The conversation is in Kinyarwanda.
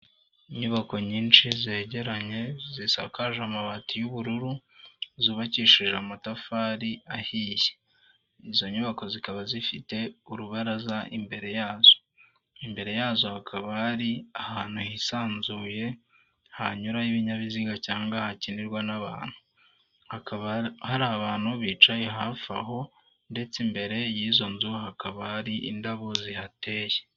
Inyubako nyinshi zegeranye zisakaje amabati y'ubururu, zubakishije amatafari ahiye, izo nyubako zikaba zifite urubaraza imbere yazo, imbere yazo hakaba hari ahantu hisanzuye hanyuraho ibinyabiziga cyangwa hakinirwa n'abantu, hakaba hari abantu bicaye hafi aho ndetse imbere y'izo nzu hakaba hari indabo zihateye.